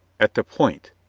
at the point,